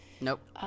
Nope